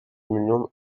milyon